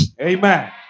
Amen